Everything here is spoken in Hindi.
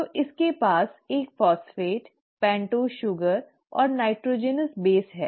तो इसके पास एक फॉस्फेट पेन्टोस शुगर और नाइट्रोजनस आधार है